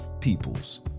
peoples